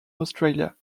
australia